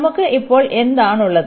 നമുക്ക് ഇപ്പോൾ എന്താണ് ഉള്ളത്